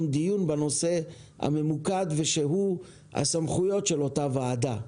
דיון בנושא הממוקד ושהוא הסמכויות של אותה ועדה.